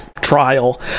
trial